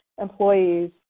employees